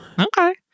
Okay